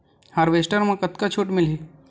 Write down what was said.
Harvester म कतका छूट मिलही?